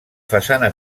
façana